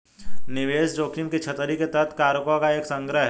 निवेश जोखिम की छतरी के तहत कारकों का एक संग्रह है